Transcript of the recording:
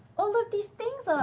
all of these things are?